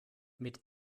mit